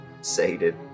Sated